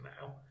now